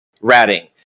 ratting